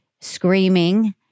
screaming